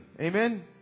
Amen